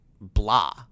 blah